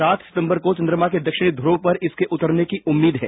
सात सितंबर को चन्द्रमा के दक्षिणी ध्रुव पर इसके उतरने की उम्मीद है